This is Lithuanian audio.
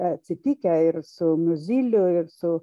atsitikę ir su miuzyliu ir su